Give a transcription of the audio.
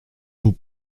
vos